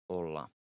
olla